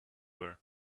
her